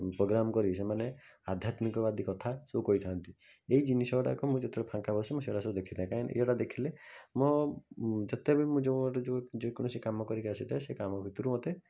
programme କରି ସେମାନେ ଆଧ୍ୟାତ୍ମିକବାଦୀ କଥା ସବୁ କହିଥାନ୍ତି ଏଇ ଜିନିଷଗୁଡ଼ାକ ମୁଁ ଯେତେବେଳେ ଫାଙ୍କା ବସେ ମୁଁ ସେଗୁଡ଼ା ସବୁ ଦେଖିଥାଏ କାହିଁକିନା ଏଗୁଡ଼ା ଦେଖିଲେ ମୋ ଯେତେବି ମୁଁ ଯେଉଁଆଡ଼େ ଯେଉଁ ଯେକୌଣସି କାମ କରିକି ଆସିଥାଏ ସେ କାମ ଭିତରୁ ମୋତେ